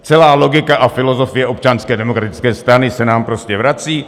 Celá logika a filozofie Občanské demokratické strany se nám prostě vrací.